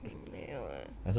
没有啊